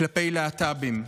כלפי להט"בים,